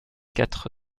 quatre